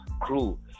crew